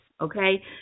okay